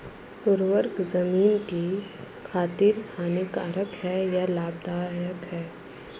उर्वरक ज़मीन की खातिर हानिकारक है या लाभदायक है?